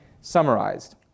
summarized